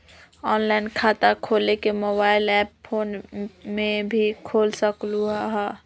Online खाता खोले के मोबाइल ऐप फोन में भी खोल सकलहु ह?